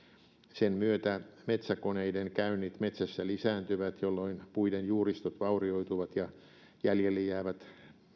sen myötä metsäkoneiden käynnit metsässä lisääntyvät jolloin puiden juuristot vaurioituvat ja jäljelle jäävät